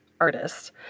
artists